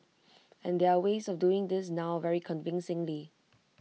and there are ways of doing this now very convincingly